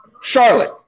Charlotte